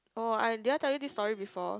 oh I did I tell you this story before